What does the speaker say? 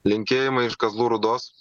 linkėjimai iš kazlų rūdos